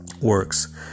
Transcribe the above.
works